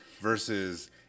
versus